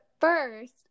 first